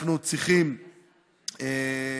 אנחנו צריכים לשמור,